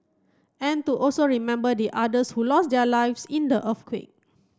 and to also remember the others who lost their lives in the earthquake